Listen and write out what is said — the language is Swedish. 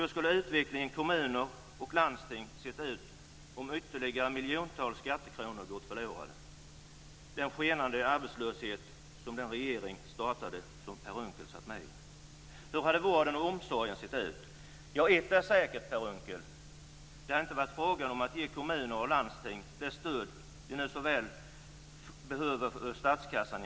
Hur skulle utvecklingen i kommuner och landsting ha sett ut om ytterligare miljontals skattekronor gått förlorade i den skenande arbetslöshet som den regering som Per Unckel satt med i startade? Hur hade vården och omsorgen sett ut? Ett är säkert, Per Unckel. Det hade inte varit fråga om att ge kommuner och landsting det stöd ur statskassan som de nu så väl behöver.